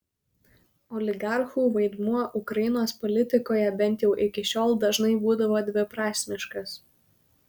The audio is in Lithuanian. oligarchų vaidmuo ukrainos politikoje bent jau iki šiol dažnai būdavo dviprasmiškas